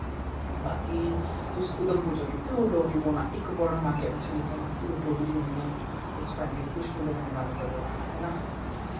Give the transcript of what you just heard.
बाकी तुस उधमपुर चली जाओ प्योर डोगरी बोलना इक वर्ड उ'नें अग्गै पिच्छें नी करना प्योर डोगरी होनी ऐ ओह् ओह्दे च तुस भामें कुसै बंदे कन्नै गल्ल करी लैओ है ना